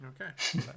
Okay